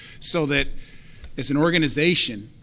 so that as an organization,